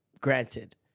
granted